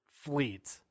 fleet